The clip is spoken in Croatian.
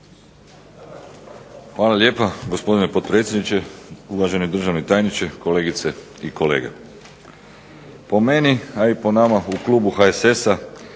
Hvala lijepa, gospodine potpredsjedniče. Uvaženi državni tajniče, kolegice i kolege. Po meni, a i po nama u klubu HSS-a